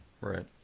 Right